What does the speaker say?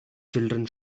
children